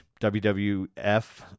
wwf